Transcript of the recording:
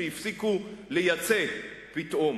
שהפסיקו לייצא פתאום.